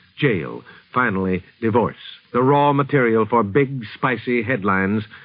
jail. finally, divorce the raw material for big, spicy headlines.